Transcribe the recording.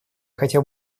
хотел